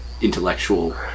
intellectual